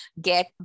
get